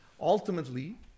ultimately